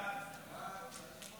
להעביר את הצעת חוק בתי קברות